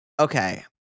okay